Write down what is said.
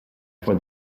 for